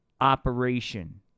Operation